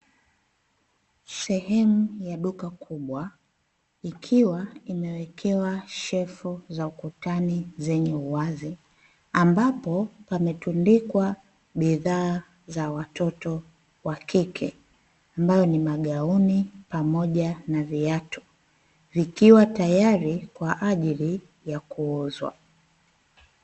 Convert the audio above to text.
Sehemu ya duka kubwa, ikiwa imewekewa shefu za ukutani, ambapo pametundikwa bidhaa za watoto wa kike, ambayo ni magauni pamoja na viatu, vikiwa tayari kwa ajili ya kuuzwa.